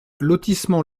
lotissement